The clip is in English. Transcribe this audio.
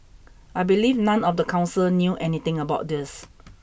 I believe none of the council knew anything about this